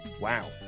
Wow